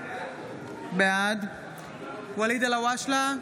בעד ואליד אלהואשלה,